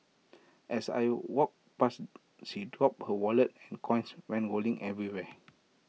as I walked past she dropped her wallet and coins went rolling everywhere